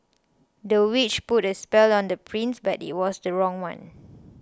the witch put a spell on the prince but it was the wrong one